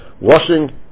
Washing